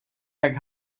jak